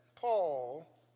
Paul